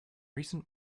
recent